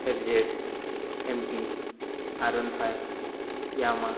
F Z M T R one five Yamaha